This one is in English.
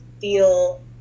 feel